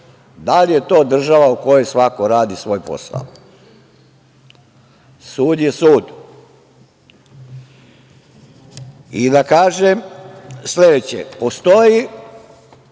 li je to država u kojoj svako radi svoj posao? Sud je sud.I da kažem sledeće, postoji